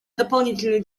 дополнительную